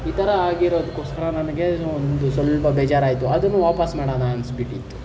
ಈ ಥರ ಆಗಿರೋದ್ಕೋಸ್ಕರ ನನಗೆ ಒಂದು ಸ್ವಲ್ಪ ಬೇಜಾರು ಆಯಿತು ಅದನ್ನೂ ವಾಪಸ್ ಮಾಡಣ ಅನ್ಸ್ಬಿಟ್ಟಿತ್ತು